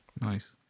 Nice